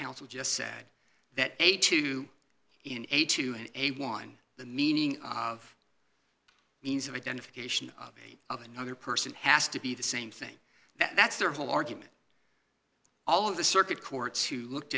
counsel just said that a two in a two and a one the meaning of means of identification of another person has to be the same thing that's their whole argument all of the circuit courts who looked